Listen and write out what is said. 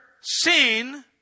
seen